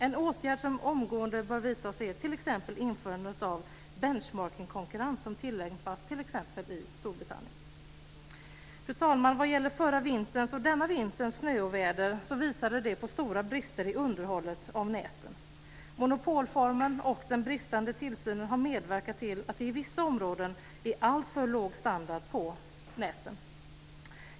En åtgärd som omgående bör vidtas är t.ex. införande av s.k. benchmarking-konkurrens, som tillämpas i t.ex. Storbritannien. Fru talman! Förra vinterns och denna vinters snöoväder visade på stora brister i underhållet av näten. Monopolformen och den bristande tillsynen har medverkat till att det i vissa områden är alltför låg standard på näten.